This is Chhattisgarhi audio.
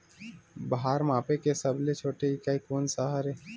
भार मापे के सबले छोटे इकाई कोन सा हरे?